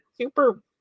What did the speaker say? super